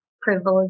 privilege